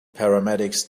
paramedics